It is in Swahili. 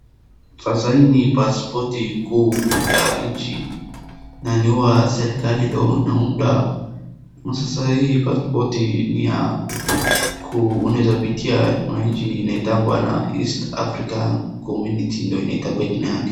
Sasa hii ni pasipoti kuu ya nchi, na ni hua serikali ndo inaunda, na sasa hii pasipoti ni ya, unaweza pitia kuna nchi inaitwanga na East African Community ndo inaitwanga jina yake.